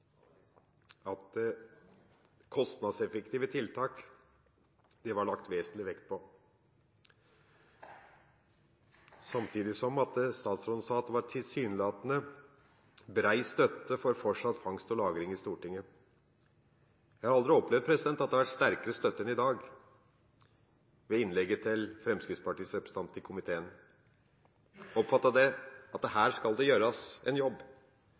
at kostnadseffektive tiltak var det lagt vesentlig vekt på, samtidig som statsråden sa at det var tilsynelatende bred støtte i Stortinget for fortsatt fangst og lagring. Jeg har aldri opplevd at det har vært sterkere støtte enn i dag – ved innlegget fra Fremskrittspartiets representant i komiteen. Jeg oppfattet det sånn at her skal det gjøres en jobb.